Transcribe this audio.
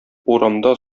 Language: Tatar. урамда